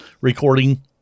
recording